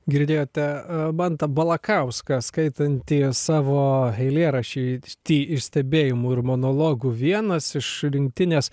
girdėjote mantą balakauską skaitantį savo eilėraštį iš stebėjimų ir monologų vienas iš rinktinės